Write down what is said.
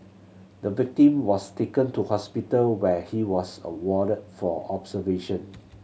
the victim was taken to hospital where he was awarded for observation